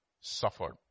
suffered